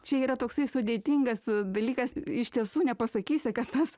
čia yra toksai sudėtingas a dalykas iš tiesų nepasakysi kad tas